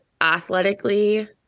athletically